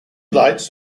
lights